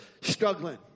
Struggling